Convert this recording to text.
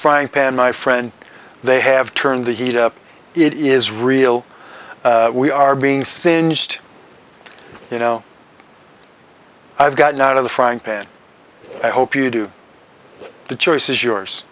frying pan my friend they have turned the heat up it is real we are being singed you know i've gotten out of the frying pan i hope you do the choice is yours